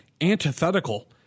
antithetical